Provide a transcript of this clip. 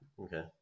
Okay